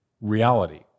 reality